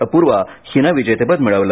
अपुर्वा हिनं विजेतेपद मिळवलं